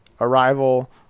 Arrival